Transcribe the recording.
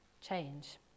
change